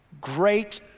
great